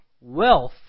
wealth